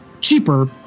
cheaper